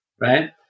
right